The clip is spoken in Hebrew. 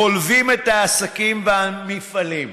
חולבים את העסקים והמפעלים.